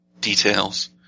details